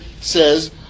says